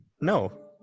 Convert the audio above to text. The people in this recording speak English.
No